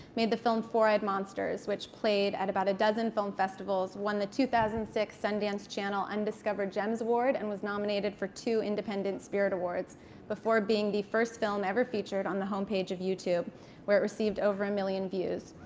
made the film four eyed monsters, which played at about a dozen film festivals. won the two thousand and six sundance channel undiscovered gems award, and was nominated for two independent spirit awards before being the first film ever featured on the home page of youtube where it received over a million views.